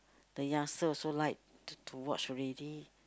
the youngster also like to to watch already